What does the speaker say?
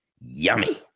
Yummy